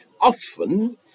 Often